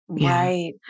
Right